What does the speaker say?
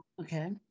Okay